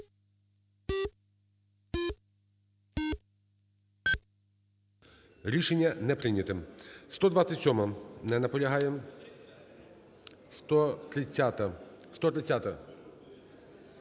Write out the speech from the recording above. Рішення не прийнято. 319. Не наполягає. 321.